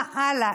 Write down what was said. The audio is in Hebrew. מה הלאה?